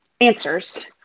answers